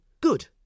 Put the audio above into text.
good